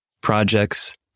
projects